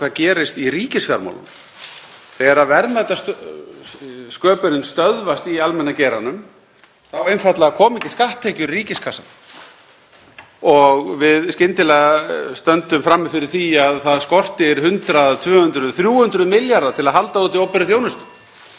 og við stöndum skyndilega frammi fyrir því að það skortir 100 til 300 milljarða til að halda úti opinberri þjónustu. Þess vegna verður að tryggja að það sé aðlaðandi og samkeppnishæft umhverfi á hinum almenna vinnumarkaði.